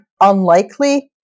unlikely